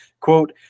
quote